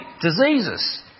diseases